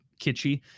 kitschy